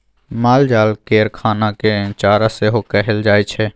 मालजाल केर खाना केँ चारा सेहो कहल जाइ छै